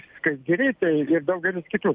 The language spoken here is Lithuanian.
skaisgirytė ir daugelis kitų